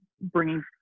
bringing